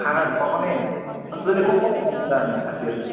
खानाहरू पकाउने अनि तैँले कसकसलाई भनिस् त अनि साथीहरूलाई